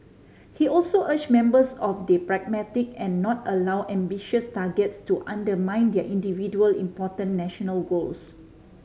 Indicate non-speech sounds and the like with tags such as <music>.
he also urged members of <unintelligible> pragmatic and not allow ambitious targets to undermine their individual important national goals